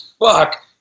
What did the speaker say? fuck